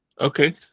Okay